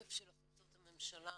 תוקף החלטות הממשלה